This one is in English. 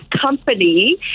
company